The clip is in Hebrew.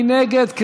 מי נגד?